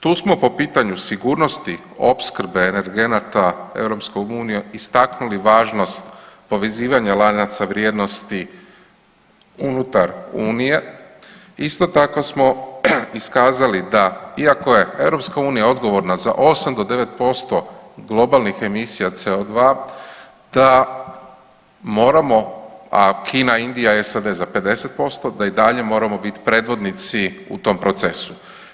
Tu smo po pitanju sigurnosti opskrbe energenata EU istaknuli važnost povezivanja lanaca vrijednosti unutar Unije, isto tako samo iskazali da iako je EU odgovorna za 8 do 9% globalnih emisija CO2 da moramo, a Kina, Indija, SAD za 50% da i dalje moramo biti predvodnici u tom procesu.